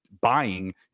buying